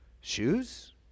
Shoes